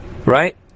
Right